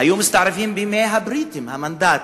היו מסתערבים בימי הבריטים, המנדט,